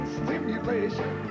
stimulation